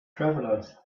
travelers